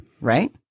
Right